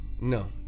no